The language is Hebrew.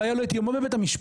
לא היה לו את יומו בבית המשפט,